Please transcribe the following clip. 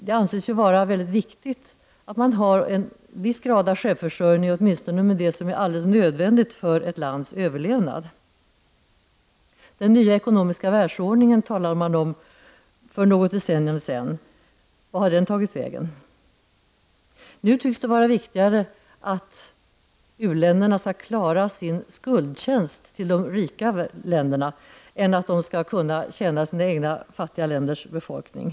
Det anses ju vara väldigt viktigt att man har en viss grad av självförsörjning åtminstone när det gäller det som är alldeles nödvändigt för ett lands överlevnad. Den nya ekonomiska världsordningen talade man om för något decennium sedan. Vart har den tagit vägen? Nu tycks det vara viktigare att u-länderna skall klara sin skuldtjänst till de rika länderna än att de skall kunna tjäna sina egna fattiga länders befolkning.